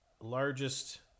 largest